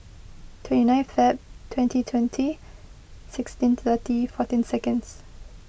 twenty nine Feb twenty twenty sixteen thirty fourteen seconds